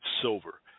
silver